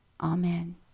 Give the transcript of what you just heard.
Amen